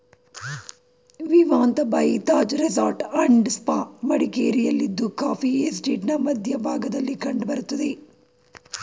Vivanta by Taj resort and spa ಮಡಿಕೇರಿಯಲ್ಲಿದ್ದು coffee ಎಸ್ಟೇಟ್ನ ಮಧ್ಯ ಭಾಗದಲ್ಲಿ ಕಂಡ್ ಬರ್ತದೆ